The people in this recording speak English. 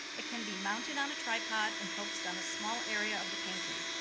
it can be mounted on a tripod and focused on a small area of the painting.